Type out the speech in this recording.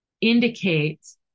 indicates